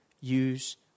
use